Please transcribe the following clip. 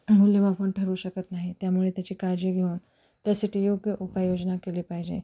मूल्यमापन ठरू शकत नाही त्यामुळे त्याची काळजी घेऊन त्यासाठी योग्य उपाययोजना केली पाहिजे